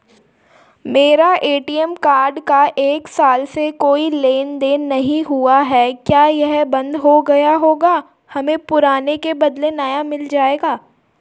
मेरा ATM card का एक साल से कोई लेन देन नहीं हुआ है क्या यह बन्द हो गया होगा हमें पुराने के बदलें नया मिल जाएगा?